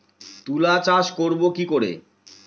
তুলা চাষ করব কি করে?